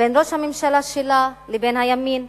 בין ראש הממשלה שלה לבין הימין,